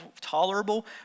tolerable